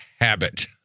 habit